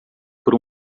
por